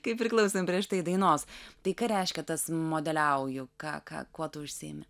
kaip ir klausant prieš tai dainos tai ką reiškia tas modeliauju ką ką kuo tu užsiimi